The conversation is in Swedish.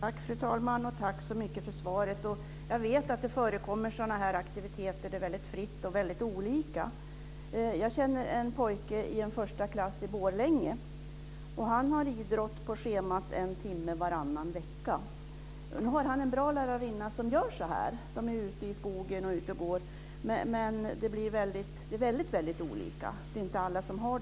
Fru talman! Jag tackar så mycket för svaret. Jag vet att det förekommer sådana här aktiviteter. De är mycket fria och väldigt olika. Jag känner en pojke som går i första klass i Borlänge. Han har idrott på schemat en timme varannan vecka. Han har en bra lärarinna, som ser till att man ger sig ut och går i skogen. Men förhållandena är väldigt olika, och alla har inte det ordnat så.